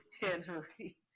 Henry